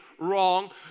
wrong